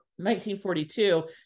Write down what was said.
1942